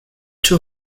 two